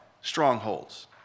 strongholds